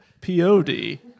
P-O-D